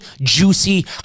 juicy